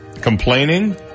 Complaining